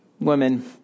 women